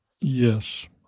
Yes